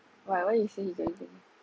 why why he say he going t~